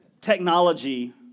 Technology